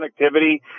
connectivity